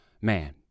Man